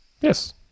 yes